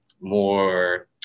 more